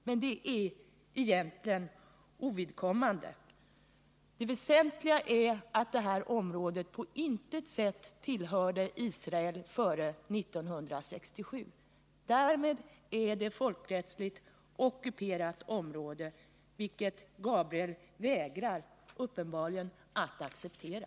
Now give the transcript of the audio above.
Men detta är egentligen ovidkommande; den väsentliga är att det här området på intet sätt tillhörde Israel före 1967. Därmed är det folkrättsligt ett ockuperat område, vilket Gabriel Romanus uppenbarligen vägrar att acceptera.